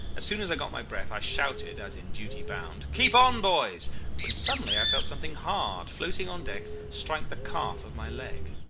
as soon as i got my breath i shouted, as in duty bound, keep on, boys when suddenly i felt something hard floating on deck strike the calf of my leg.